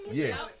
yes